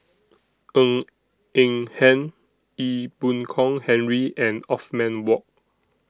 Ng Eng Hen Ee Boon Kong Henry and Othman Wok